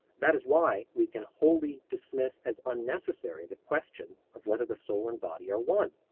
that is why we can wholly dismiss as unnecessary the question of whether the soul and body are one.